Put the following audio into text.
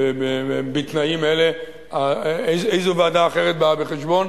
בתנאים אלה, איזו ועדה אחרת באה בחשבון?